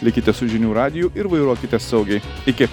likite su žinių radiju ir vairuokite saugiai iki